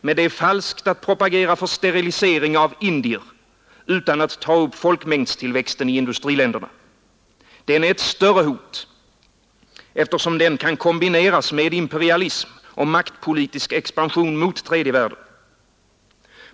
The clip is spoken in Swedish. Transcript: Men det är falskt att propagera för sterilisering av indier utan att ta upp folkmängdstillväxten i industriländerna. Den är ett större hot, eftersom den kan kombineras med imperialism och maktpolitisk expansion mot tredje världen.